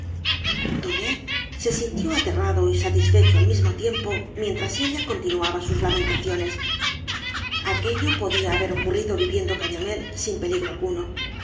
tonet se sintió aterrado y satisfecho al mismo tiempo mientras ella continuaba sus lamentaciones aquello podía haber ocurrido viviendo gañamél sin peligro alguno